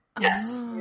Yes